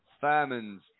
famines